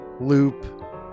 loop